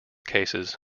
cases